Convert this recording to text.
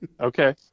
okay